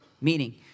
meaning